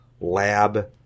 lab